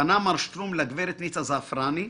פנה מר שטרום לגברת ניצה זעפרני,